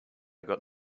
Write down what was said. got